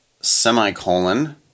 semicolon